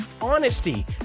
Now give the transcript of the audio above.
honesty